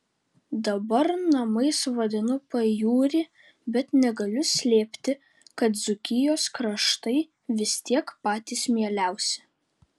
dabar namais vadinu pajūrį bet negaliu slėpti kad dzūkijos kraštai vis tiek patys mieliausi